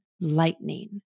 lightning